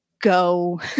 go